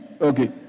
Okay